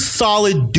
solid